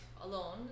alone